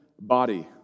body